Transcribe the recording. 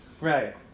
Right